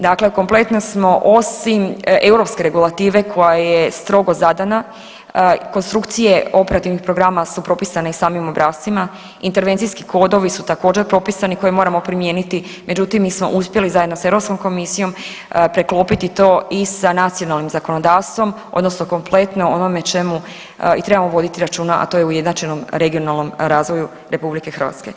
Dakle, kompletno smo osim europske regulative koja je strogo zadana konstrukcije operativnih programa su propisane i samim obrascima, intervencijski kodovi su također propisani koji moramo primijeniti, međutim mi smo uspjeli zajedno sa Europskom komisijom preklopiti to i sa nacionalnim zakonodavstvom odnosno kompletno onome o čemu i trebamo voditi računa, a to je ujednačenom regionalnom razvoju RH.